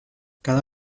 cada